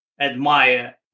admire